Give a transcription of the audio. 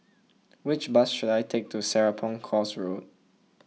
which bus should I take to Serapong Course Road